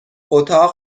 اتاق